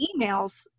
emails